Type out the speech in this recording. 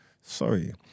Sorry